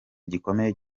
gikomeye